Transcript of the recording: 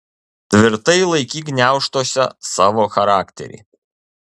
tvirtai laikyk gniaužtuose savo charakterį